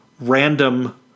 random